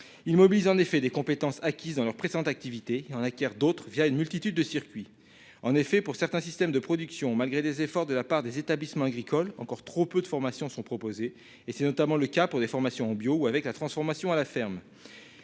il mobilise en effet des compétences acquises dans leur présente activité en équerre d'autres via une multitude de circuit en effet pour certains systèmes de production malgré des efforts de la part des établissements agricoles encore trop peu de formations sont proposées et c'est notamment le cas pour des formations en bio ou avec la transformation à la ferme.